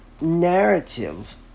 narrative